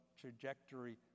trajectory